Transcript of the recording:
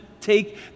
take